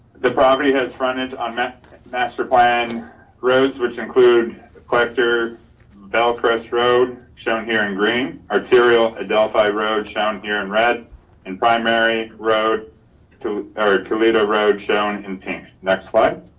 the property has fronted on map master plan roads, which include collector bellcrest road shown here in green, arterial, a delphi road shown here in red and primary road or toledo road shown in pink. next slide.